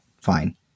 fine